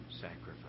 sacrifice